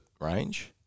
range